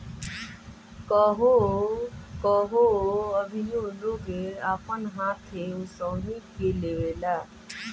कहवो कहवो अभीओ लोग अपन हाथे ओसवनी के लेवेला